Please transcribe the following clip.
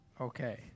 Okay